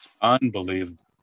Unbelievable